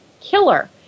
killer